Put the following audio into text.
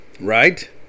Right